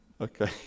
Okay